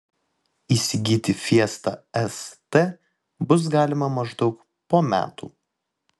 įsigyti fiesta st bus galima maždaug po metų